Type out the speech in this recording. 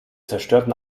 zerstörten